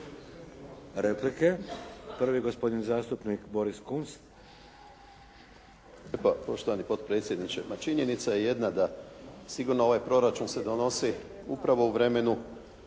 Replike. Prvi, gospodin zastupnik Boris Kunst. **Kunst, Boris (HDZ)** Poštovani potpredsjedniče. Pa činjenica je jedna da sigurno ovaj proračun se donosi upravo u vremenu